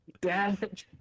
Dad